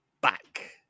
back